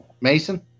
Mason